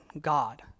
God